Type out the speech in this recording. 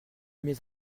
mes